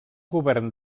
govern